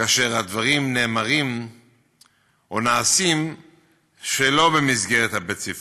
כאשר הדברים נאמרים או נעשים שלא במסגרת הבית-ספרית.